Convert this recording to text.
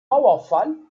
mauerfall